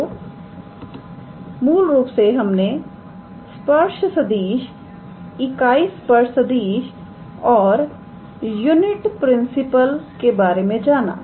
तो मूल रूप से हमने स्पर्श सदिशइकाई स्पर्श सदिश और यूनिट प्रिंसिपल के बारे में जाना